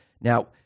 Now